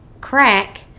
crack